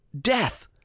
death